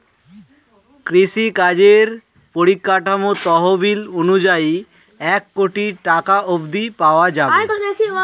কৃষিকাজের পরিকাঠামো তহবিল অনুযায়ী এক কোটি টাকা অব্ধি পাওয়া যাবে